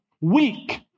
weak